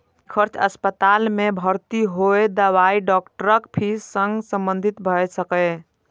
ई खर्च अस्पताल मे भर्ती होय, दवाई, डॉक्टरक फीस सं संबंधित भए सकैए